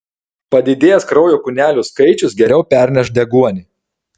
padidėjęs kraujo kūnelių skaičius geriau perneš deguonį